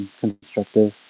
constructive